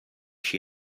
she